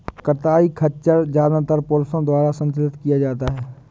कताई खच्चर ज्यादातर पुरुषों द्वारा संचालित किया जाता था